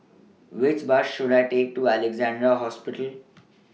Which Bus should I Take to Alexandra Hospital